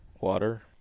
Water